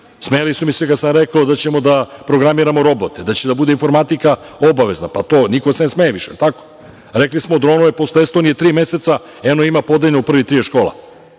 Smejali su mi se kada sam rekao da ćemo da programiramo robote, da će da bude informatika obavezana. Niko se ne smeje više. Jel tako? Rekli smo dronove posle Estonije tri meseca, eno ima podeljeno u prvih 30 škola.